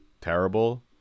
terrible